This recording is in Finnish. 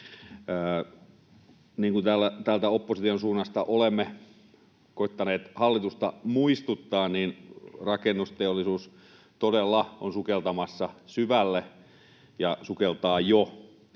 Niin kuin täällä täältä opposition suunnasta olemme koettaneet hallitusta muistuttaa, rakennusteollisuus todella on sukeltamassa syvälle ja sukeltaa jo.